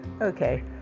Okay